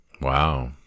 Wow